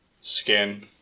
Skin